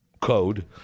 code